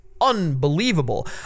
unbelievable